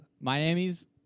Miami's